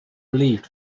relieved